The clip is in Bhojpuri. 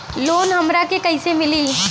लोन हमरा के कईसे मिली?